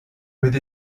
with